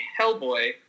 Hellboy